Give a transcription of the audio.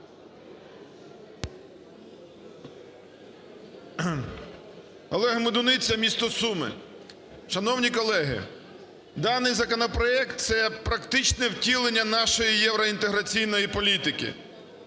Олег Медуниця, місто Суми. Шановні колеги, даний законопроект – це практичне втілення нашої євроінтеграційної політики,